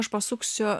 aš pasuksiu